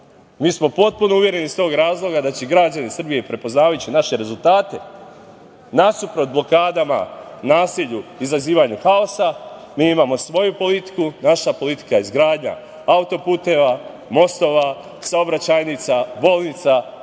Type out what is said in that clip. smo potpuno uvereni iz tog razloga da će građani Srbije prepoznavajući naše rezultate, nasuprot blokadama, nasilju, izazivanju haosa, mi imamo svoju politiku, naša politika je izgradnja autoputeva, mostova, saobraćajnica, bolnica,